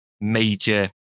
major